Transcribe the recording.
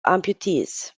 amputees